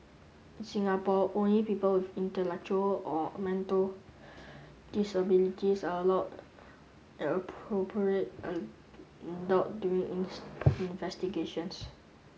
in Singapore only people with intellectual or mental disabilities are allowed an appropriate adult during investigations